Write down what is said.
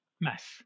mass